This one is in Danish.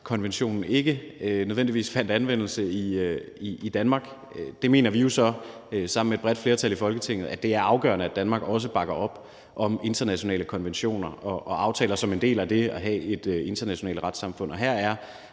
ikke nødvendigvis fandt anvendelse i Danmark. Der mener vi jo så sammen med et bredt flertal i Folketinget, at det er afgørende, at Danmark også bakker op om internationale konventioner og aftaler som en del af det at have et internationalt retssamfund, og her er